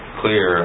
clear